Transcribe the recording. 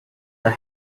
that